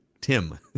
Tim